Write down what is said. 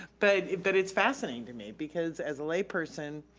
but but it's fascinating to me because as a layperson,